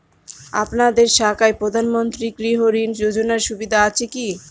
আপনাদের শাখায় প্রধানমন্ত্রী গৃহ ঋণ যোজনার সুবিধা আছে কি?